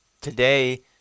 Today